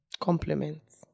compliments